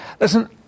listen